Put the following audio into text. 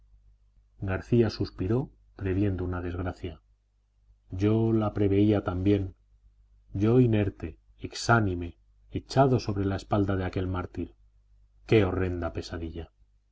garcía suspiró previendo una desgracia yo la preveía también yo inerte exánime echado sobre la espalda de aquel mártir qué horrenda pesadilla